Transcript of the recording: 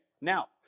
Now